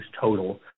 total